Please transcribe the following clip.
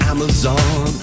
Amazon